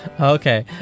Okay